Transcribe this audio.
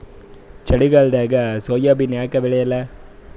ಚಳಿಗಾಲದಾಗ ಸೋಯಾಬಿನ ಯಾಕ ಬೆಳ್ಯಾಲ?